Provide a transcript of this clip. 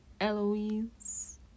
Eloise